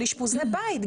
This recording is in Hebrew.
של אשפוזי בית?